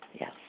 Yes